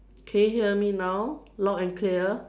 can you hear me now loud and clear